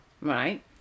right